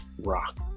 rock